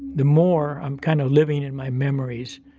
the more i'm kind of living in my memories.